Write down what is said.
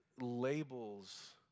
labels